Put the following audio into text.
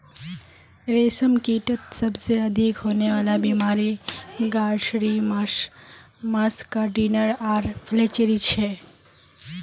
रेशमकीटत सबसे अधिक होने वला बीमारि ग्रासरी मस्कार्डिन आर फ्लैचेरी छे